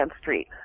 Street